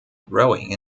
growing